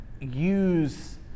use